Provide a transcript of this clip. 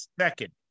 Second